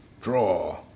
Draw